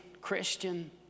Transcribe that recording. Christian